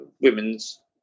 women's